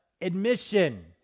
Admission